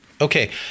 Okay